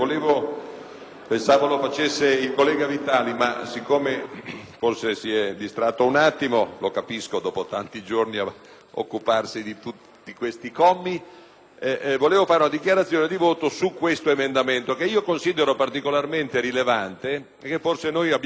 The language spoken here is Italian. forse si è distratto un attimo: lo capisco, dopo aver passato tanti giorni ad occuparsi di questi commi. Intervengo dunque io in dichiarazione di voto su questo emendamento, che considero particolarmente rilevante e che forse abbiamo avuto il torto di non illustrare in sede di illustrazione degli emendamenti.